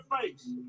face